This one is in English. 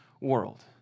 world